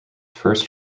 first